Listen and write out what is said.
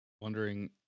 wondering